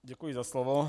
Děkuji za slovo.